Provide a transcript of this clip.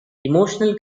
emotional